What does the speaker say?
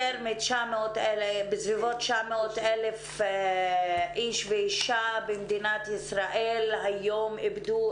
בסביבות 900,000 איש ואישה במדינת ישראל איבדו היום